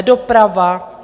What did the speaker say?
Doprava.